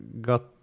got